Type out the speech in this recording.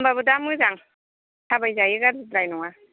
होनबाबो दा मोजां थाबायनो हायो गाज्रिद्राय नङा